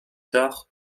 tard